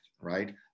right